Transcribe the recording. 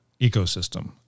ecosystem